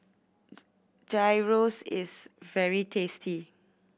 gyros is very tasty